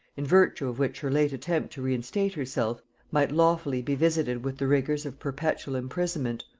in virtue of which her late attempt to reinstate herself might lawfully be visited with the rigors of perpetual imprisonment,